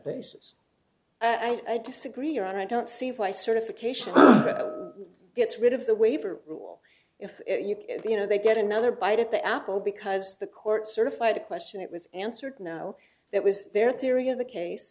basis i disagree or i don't see why certification gets rid of the waiver rule if you know they get another bite at the apple because the court certified the question it was answered no that was their theory of the case